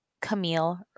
camille